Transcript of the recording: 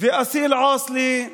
אסיל עאסלה,